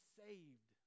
saved